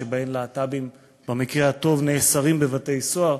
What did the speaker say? שבהן להט"בים במקרה הטוב נאסרים בבתי-סוהר,